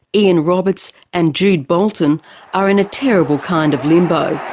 ian roberts, and jude bolton are in a terrible kind of limbo.